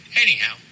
Anyhow